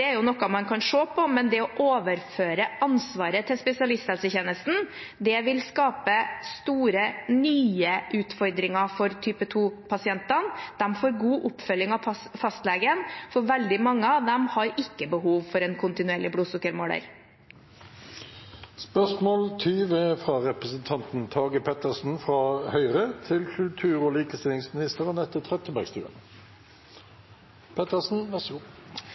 å overføre ansvaret til spesialisthelsetjenesten vil skape store, nye utfordringer for type 2-pasientene. De får god oppfølging av fastlegen, for veldig mange av dem har ikke behov for en kontinuerlig blodsukkermåler. «I den helt ekstraordinære situasjon i strømmarkedet er det nødvendig at staten stiller opp for de små bedriftene, og